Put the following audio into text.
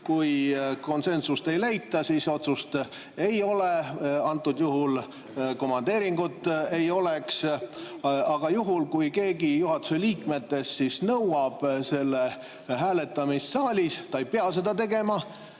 kui konsensust ei leita, siis otsust ei ole, praegusel juhul komandeeringut ei oleks. Aga juhul, kui keegi juhatuse liikmetest nõuab selle hääletamist saalis – ta ei pea seda tegema,